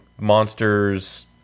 monsters